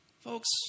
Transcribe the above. Folks